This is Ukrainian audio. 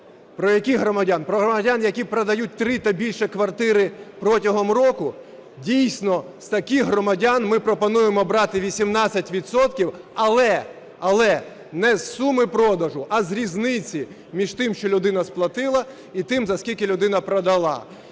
Про яких громадян? Про громадян, які продають три та більше квартири протягом року? Дійсно, з таких громадян ми пропонуємо брати 18 відсотків, але, але не з суми продажу, а з різниці, між тим, що людина сплатила, і тим, за скільки людина продала.